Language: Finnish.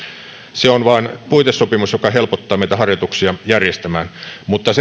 se on vain puitesopimus joka helpottaa meitä harjoituksien järjestämisessä mutta